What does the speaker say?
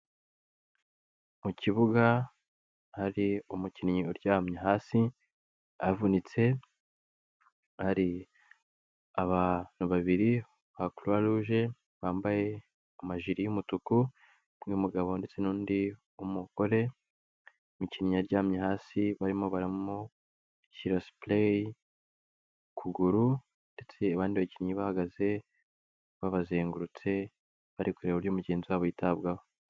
Mu kibuga hari umukinnyi uryamye hasi avunitse hari abantu babiri ba croix rouge bambaye amajiri y'umutuku umwe w'umugabo ndetse n'undi mugore, umikinnyi aryamye hasi barimo baramushyira splay ku kuguru ndetse abandi bakinnyi bahagaze, babazengurutse, bari kureba uburyo mugenzi wabo yitabwaho.